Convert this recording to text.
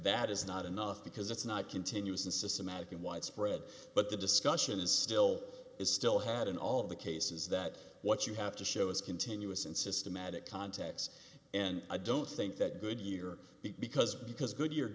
that is not enough because it's not continuous and systematic and widespread but the discussion is still is still had in all of the cases that what you have to show is continuous and systematic contacts and i don't think that goodyear because because goodyear